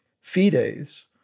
Fides